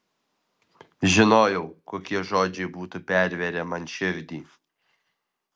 žinojau kokie žodžiai būtų pervėrę man širdį